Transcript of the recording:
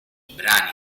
brani